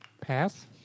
Pass